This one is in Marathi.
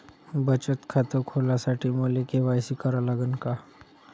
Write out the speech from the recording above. बचत खात खोलासाठी मले के.वाय.सी करा लागन का?